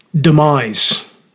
demise